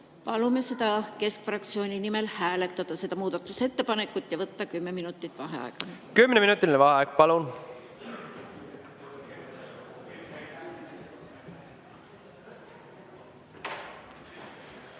Palun keskfraktsiooni nimel hääletada seda muudatusettepanekut ja võtame kümme minutit vaheaega. Kümneminutiline vaheaeg, palun!V